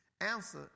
Answer